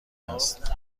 است